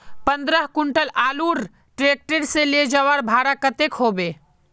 पंद्रह कुंटल आलूर ट्रैक्टर से ले जवार भाड़ा कतेक होबे?